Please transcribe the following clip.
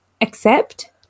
accept